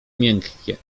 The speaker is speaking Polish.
miękkie